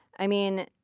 i mean,